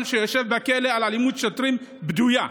שיושב בכלא על אלימות שוטרים בדויה.